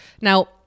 Now